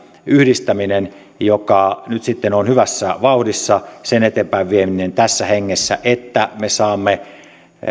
yhdistäminen joka nyt sitten on hyvässä vauhdissa ja sen eteenpäinvieminen tässä hengessä että me saamme